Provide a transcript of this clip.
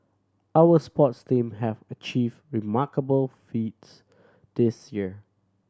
our sports team have achieved remarkable feats this year